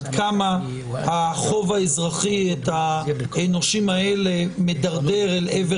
עד כמה החוב האזרחי מדרדר את הנושים האלה אל עבר